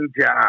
job